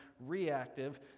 reactive